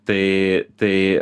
tai tai